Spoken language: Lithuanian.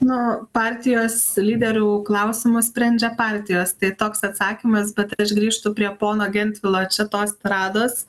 na partijos lyderių klausimus sprendžia partijos tai toks atsakymas bet aš grįžtu prie pono gentvilo čia tos tirados